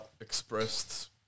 expressed